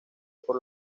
por